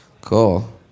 Cool